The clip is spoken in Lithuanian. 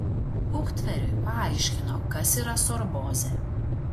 uktveriui paaiškino kas yra sorbozė